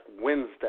Wednesday